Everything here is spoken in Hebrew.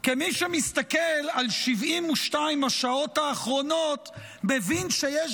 כי מי שמסתכל על 72 השעות האחרונות מבין שיש